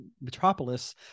metropolis